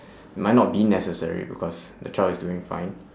might not be necessary because the child is doing fine